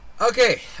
okay